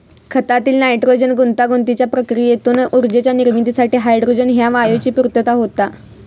खतातील नायट्रोजन गुंतागुंतीच्या प्रक्रियेतून ऊर्जेच्या निर्मितीसाठी हायड्रोजन ह्या वायूची पूर्तता होता